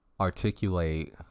articulate